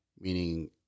meaning